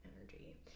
energy